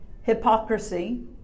hypocrisy